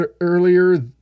earlier